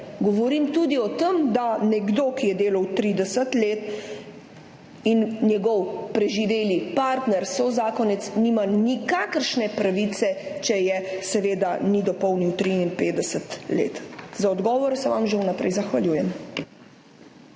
Govorim tudi o tem, da je nekdo delal 30 let in njegov preživeli partner, zakonec nima nikakršne pravice, če seveda ni dopolnil 53 let. Za odgovore se vam že vnaprej zahvaljujem.